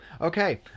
Okay